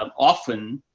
um often,